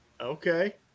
Okay